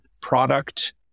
product